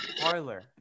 parlor